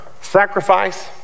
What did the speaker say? sacrifice